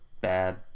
bad